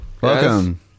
Welcome